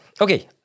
Okay